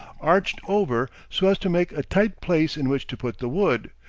arched over so as to make a tight place in which to put the wood,